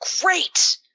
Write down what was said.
great